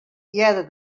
hearde